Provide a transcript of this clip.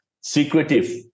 Secretive